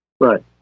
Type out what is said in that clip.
Right